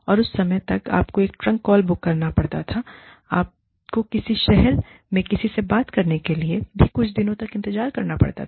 और उस समय तक आपको एक ट्रंक कॉल बुक करना था और आपको किसी शहर में किसी से बात करने के लिए भी कुछ दिनों तक इंतजार करना पड़ता था